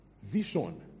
vision